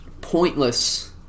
pointless